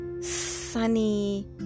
sunny